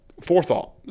forethought